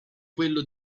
quello